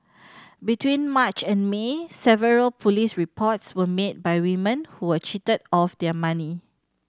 between March and May several police reports were made by women who were cheated of their money